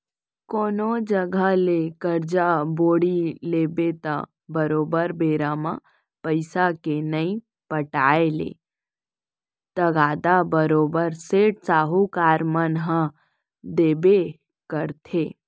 कोनो जघा ले करजा बोड़ी लेबे त बरोबर बेरा म पइसा के नइ पटाय ले तगादा बरोबर सेठ, साहूकार मन ह देबे करथे